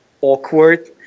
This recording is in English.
awkward